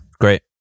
great